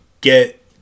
get